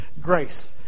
grace